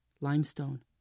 limestone